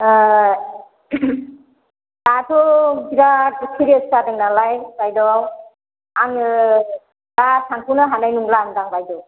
ओ दाथ' बिराद सिरियास जादों नालाय बायद' आङो दा थांथ'नो हानाय नंलादां बायद'